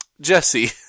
jesse